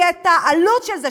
כי את העלות של זה,